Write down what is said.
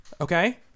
Okay